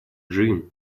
джим